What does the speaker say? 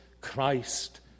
Christ